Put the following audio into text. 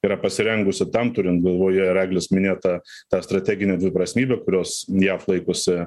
yra pasirengusi tam turint galvoje regis minėtą tą strateginę dviprasmybę kurios jav laikosi